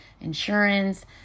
insurance